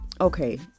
okay